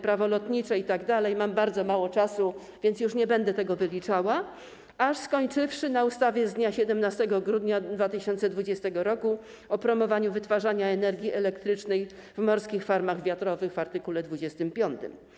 Prawo lotnicze itd., mam bardzo mało czasu, więc nie będę tego wyliczała, skończywszy na ustawie z dnia 17 grudnia 2020 r. o promowaniu wytwarzania energii elektrycznej w morskich farmach wiatrowych w art. 25.